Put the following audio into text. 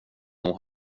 nog